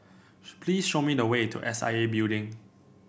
please show me the way to S I A Building